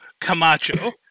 Camacho